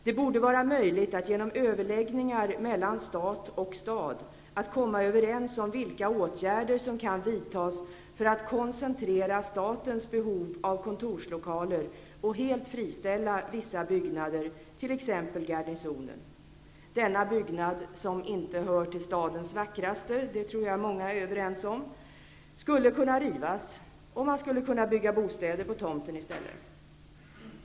Det borde vara möjligt genom överläggningar mellan stat och stad att komma överens om vilka åtgärder som kan vidtas för att koncentrera statens behov av kontorslokaler och helt friställa vissa byggnader, t.ex. Garnisonen. Denna byggnad, som inte hör till stadens vackraste, skulle kunna rivas och bostäder byggas i stället.